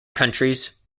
countries